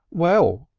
well,